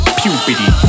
puberty